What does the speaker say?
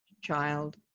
child